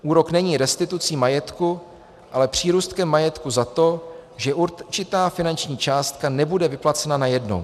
Úrok není restitucí majetku, ale přírůstkem majetku za to, že určitá finanční částka nebude vyplacena najednou.